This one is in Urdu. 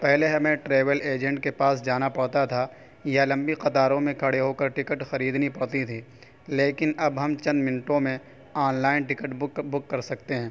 پہلے ہمیں ٹریول ایجنٹ کے پاس جانا پڑتا تھا یا لمبی قطاروں میں کھڑے ہو کر ٹکٹ خریدنی پڑتی تھی لیکن اب ہم چند منٹوں میں آنلائن ٹکٹ بک بک کر سکتے ہیں